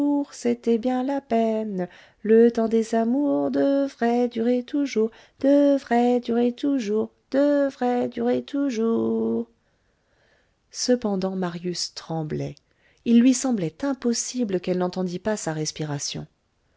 c'était bien la peine le temps des amours devrait durer toujours devrait durer toujours devrait durer toujours cependant marius tremblait il lui semblait impossible qu'elle n'entendît pas sa respiration